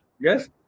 Yes